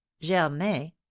germain